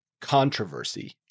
controversy